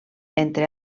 entre